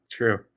True